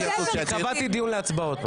כי קבעתי דיון להצבעות,